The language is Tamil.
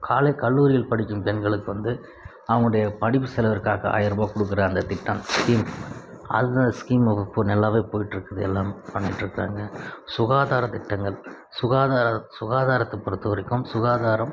காலை கல்லூரியில் படிக்கும் பெண்களுக்கு வந்து அவங்களுடைய படிப்பு செலவிற்காக ஆயிரம் ரூபாய் கொடுக்குற அந்த திட்டம் ஸ்கீம் அந்த ஸ்கீம் இப்போ நல்லாவே போயிட்டு இருக்குது எல்லாம் பண்ணிகிட்ருக்காங்க சுகாதார திட்டங்கள் சுகாதார சுகாதாரத்தை பொறுத்தவரைக்கும் சுகாதாரம்